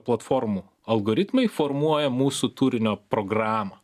platformų algoritmai formuoja mūsų turinio programą